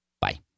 Bye